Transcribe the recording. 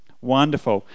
Wonderful